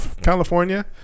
California